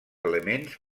elements